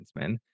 defenseman